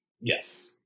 Yes